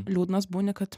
liūdnas būni kad